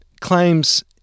claims